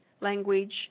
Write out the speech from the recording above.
language